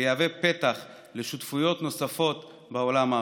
ויהווה פתח לשותפויות נוספות בעולם הערבי.